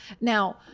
Now